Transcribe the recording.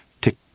tick